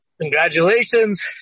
congratulations